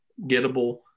gettable